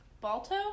Balto